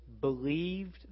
Believed